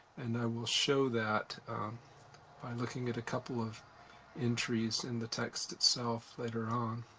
and i will show that by looking at a couple of entries in the text itself later on.